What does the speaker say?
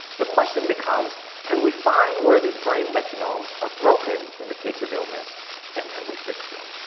the question becomes, can we find where these brain metronomes are broken in the case of illness and can we fix them?